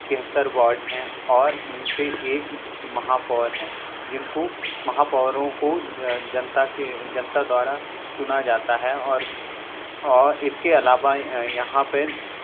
छिहत्तर वाॅर्ड हैं और उनपे एक महापौर हैं जिनको महापौरों को जनता के जनता द्वारा चुना जाता है और और इसके अलावा यहाँ पे